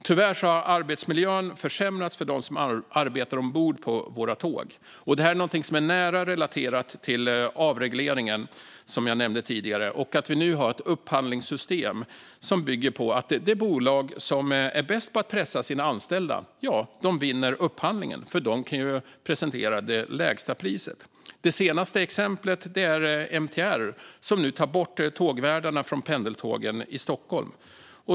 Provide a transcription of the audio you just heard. Tyvärr har arbetsmiljön för dem som arbetar ombord på våra tåg försämrats. Detta är någonting som är nära relaterat till avregleringen, som jag nämnde tidigare, och att vi nu har ett upphandlingssystem som bygger på att det bolag som är bäst på att pressa sina anställda vinner upphandlingen, för de kan ju presentera det lägsta priset. Det senaste exemplet är MTR, som nu tar bort tågvärdarna från pendeltågen i Stockholm.